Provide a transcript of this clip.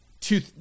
Two